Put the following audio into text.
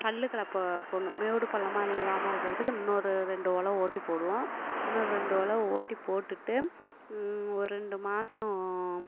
பல்லு கலப்பை போடணும் மேடு பள்ளமாக இல்லாமல் இருக்கிறதுக்கு இன்னொரு ரெண்டு ஒலவு ஓட்டிப் போடுவோம் இன்னும் ரெண்டு ஒலவு ஓட்டிப் போட்டுட்டு ஒரு ரெண்டு மாதம்